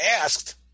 asked